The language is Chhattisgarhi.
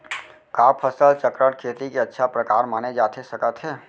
का फसल चक्रण, खेती के अच्छा प्रकार माने जाथे सकत हे?